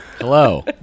Hello